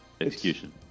Execution